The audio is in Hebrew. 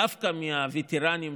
דווקא מהווטרנים,